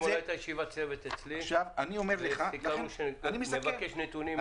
אתמול הייתה אצלי ישיבת צוות וסיכמנו שנבקש נתונים מבנק ישראל.